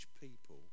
people